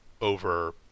over